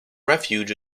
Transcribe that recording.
refuge